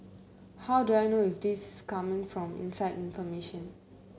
how do I know if this coming from inside information